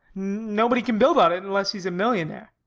nobody can build on it unless he's a millionaire.